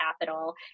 capital